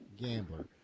gambler